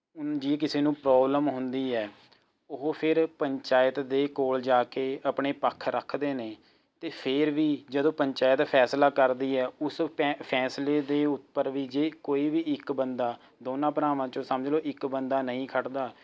ਉਨ ਜੇ ਕਿਸੇ ਨੂੰ ਪ੍ਰੋਬਲਮ ਹੁੰਦੀ ਹੈ ਉਹ ਫੇਰ ਪੰਚਾਇਤ ਦੇ ਕੋਲ ਜਾ ਕੇ ਆਪਣੇ ਪੱਖ ਰੱਖਦੇ ਨੇ ਅਤੇ ਫੇਰ ਵੀ ਜਦੋਂ ਪੰਚਾਇਤ ਫੈਸਲਾ ਕਰਦੀ ਹੈ ਉਸ ਫੇ ਫੈਸਲੇ ਦੇ ਉੱਪਰ ਵੀ ਜੇ ਕੋਈ ਵੀ ਇੱਕ ਬੰਦਾ ਦੋਨਾਂ ਭਰਾਵਾਂ 'ਚੋਂ ਸਮਝ ਲਓ ਇੱਕ ਬੰਦਾ ਨਹੀਂ ਖੜਦਾ